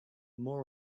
more